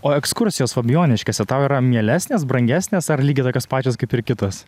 o ekskursijos fabijoniškėse tau yra mielesnės brangesnės ar lygiai tokios pačios kaip ir kitos